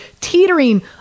teetering